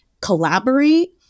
collaborate